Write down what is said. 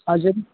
हजुर